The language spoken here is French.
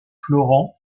florent